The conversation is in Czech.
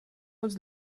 moc